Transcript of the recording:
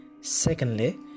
Secondly